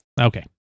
Okay